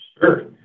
Sure